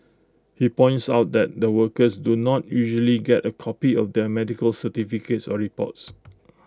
he points out that the workers do not usually get A copy of their medical certificates or reports